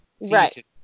Right